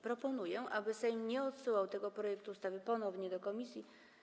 Proponuję, aby Sejm nie odsyłał tego projektu ustawy ponownie do komisji.